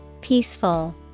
Peaceful